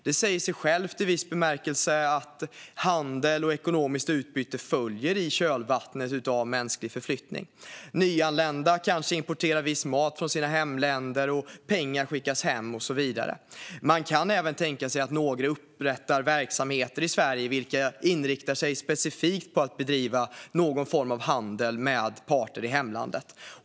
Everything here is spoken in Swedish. Det säger sig självt att handel och ekonomiskt utbyte följer i kölvattnet av mänsklig förflyttning. Nyanlända kanske importerar viss mat från sina hemländer, och pengar skickas hem och så vidare. Man kan även tänka sig att några upprättar verksamheter i Sverige vilka inriktar sig specifikt på att bedriva någon form av handel med parter i hemlandet.